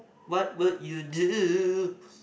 what would you do